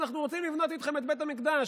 אנחנו רוצים לבנות איתכם את בית המקדש,